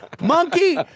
monkey